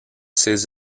ses